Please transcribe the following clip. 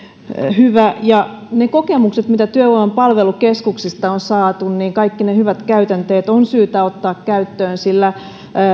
hyvä ja ne kokemukset mitä työvoiman palvelukeskuksista on saatu kaikki ne hyvät käytänteet on syytä ottaa käyttöön sillä